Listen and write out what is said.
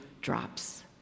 drops